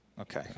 Okay